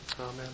Amen